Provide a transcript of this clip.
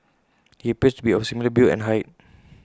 he appears to be of similar build and height